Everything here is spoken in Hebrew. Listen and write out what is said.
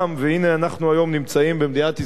והנה אנחנו היום נמצאים במדינת ישראל,